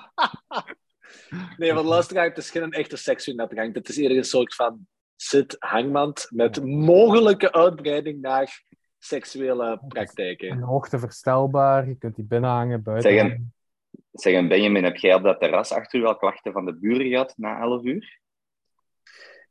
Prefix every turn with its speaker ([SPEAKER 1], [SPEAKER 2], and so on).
[SPEAKER 1] Nee, want luisteraar, het is geen echte seksuele uitgang. Dit is eerder een soort van zithangmand met mogelijke uitbreiding naar seksuele praktijken.
[SPEAKER 2] In hoogte verstelbaar, je kunt die binnenhangen,
[SPEAKER 3] Zeggen-
[SPEAKER 2] buitenhangen.
[SPEAKER 3] zeggen, Benjamin, heb jij op dat terras achter u wel klachten van de buren gehad na 11 uur?